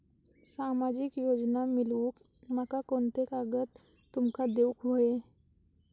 सामाजिक योजना मिलवूक माका कोनते कागद तुमका देऊक व्हये?